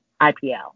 IPL